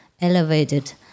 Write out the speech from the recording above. elevated